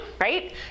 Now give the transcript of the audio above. right